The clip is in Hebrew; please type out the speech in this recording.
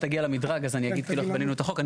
אני עוד מעט אגיע למדרג אז אני אגיד איך בנינו את החוק.